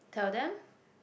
tell them